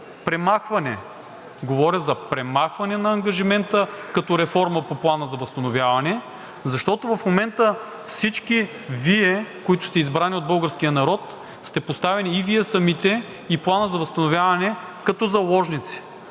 премахване – говоря за премахване на ангажимента като реформа по Плана за възстановяване, защото в момента всички Вие, които сте избрани от българския народ, сте поставени, и Вие самите, и Планът за възстановяване, като заложници